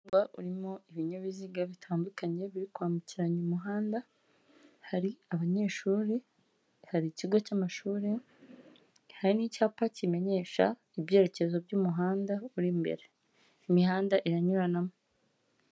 Umuhanda urimo ibinyabiziga bitandukanye biri kwambukiranya umuhanda, hari abanyeshuri hari ikigo cy'amashuri, hari n'icyapa kimenyesha ibyerekezo by'umuhanda uri imbere, imihanda iranyuranamo.